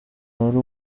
wari